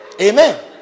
Amen